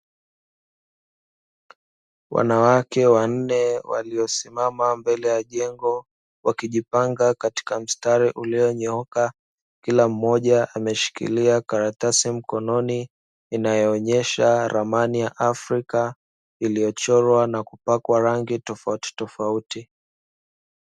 Wanawake wanne waliosimama mbele ya jengo, wakijipanga katika mstari ulionyooka. Kila mmoja ameshikilia karatasi mkononi inayoonyesha ramani ya afrika, iliyochorwa na kupakwa rangi tofautitofauti.